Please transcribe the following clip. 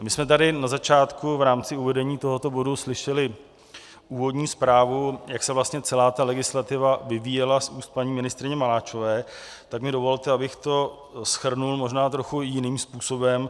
My jsme tady na začátku v rámci uvedení tohoto bodu slyšeli úvodní zprávu, jak se vlastně celá ta legislativa vyvíjela, z úst paní ministryně Maláčové, tak mi dovolte, abych to shrnul možná trochu jiným způsobem.